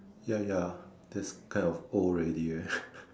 ya ya that's kind of old already leh